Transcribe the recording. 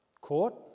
Court